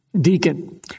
deacon